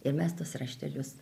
ir mes tuos raštelius